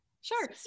Sure